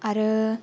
आरो